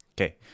Okay